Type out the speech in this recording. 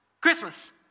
Christmas